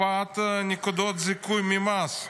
הקפאת נקודות זיכוי ממס,